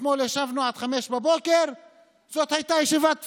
ישבנו אתמול עד 05:00 זאת הייתה ישיבת פייק,